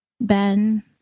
Ben